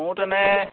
মোৰ তেনে